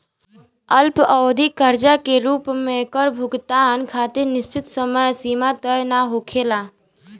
अल्पअवधि कर्जा के रूप में कर भुगतान खातिर निश्चित समय सीमा तय ना होखेला